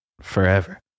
forever